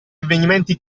avvenimenti